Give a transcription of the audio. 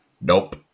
Nope